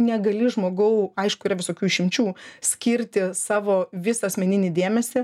negali žmogau aišku yra visokių išimčių skirti savo visą asmeninį dėmesį